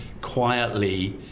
quietly